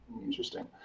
interesting